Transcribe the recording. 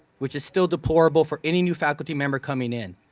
which is still deplorable for any new faculty member coming in.